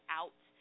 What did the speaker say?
out